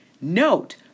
Note